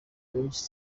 benshi